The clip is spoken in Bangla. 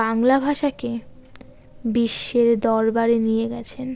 বাংলা ভাষাকে বিশ্বের দরবারে নিয়ে গেছেন